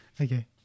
Okay